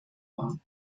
war